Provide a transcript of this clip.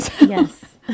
yes